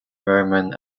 roman